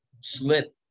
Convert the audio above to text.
slip